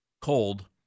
cold